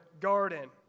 garden